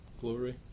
glory